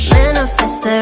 Manifest